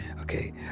Okay